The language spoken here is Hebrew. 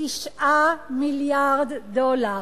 9 מיליארד דולר.